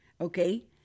Okay